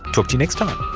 talk to you next time